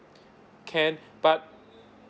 can but